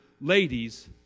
ladies